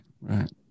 right